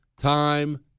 time